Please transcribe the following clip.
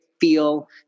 feel